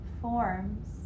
forms